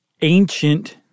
ancient